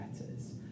letters